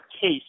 case